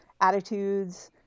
attitudes